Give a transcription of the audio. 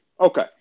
okay